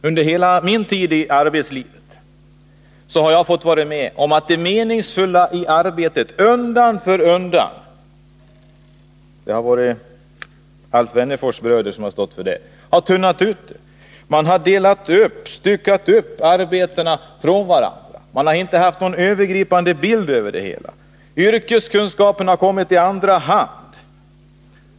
Under hela min tid i arbetslivet har jag fått vara med om att det meningsfulla i arbetet undan för undan har tunnats ut. Det har varit Alf Wennerfors bröder som stått för det: Man har styckat upp arbetena, skilt dem från varandra, man har inte haft någon övergripande bild. Yrkeskunskaperna har kommit i andra hand.